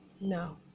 No